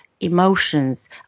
emotions